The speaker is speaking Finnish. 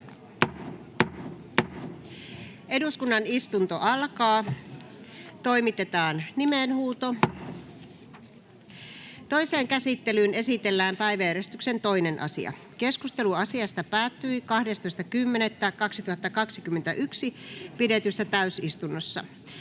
laeiksi Time: N/A Content: Toiseen käsittelyyn esitellään päiväjärjestyksen 2. asia. Keskustelu asiasta päättyi 12.10.2021 pidetyssä täysistunnossa.